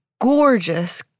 gorgeous